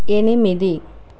ఎనిమిది